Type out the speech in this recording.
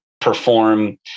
perform